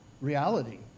reality